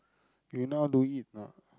you know how to eat not